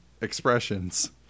expressions